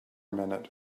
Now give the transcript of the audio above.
minute